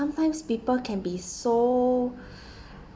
sometimes people can be so